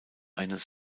eines